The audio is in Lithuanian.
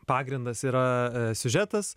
pagrindas yra siužetas